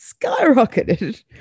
skyrocketed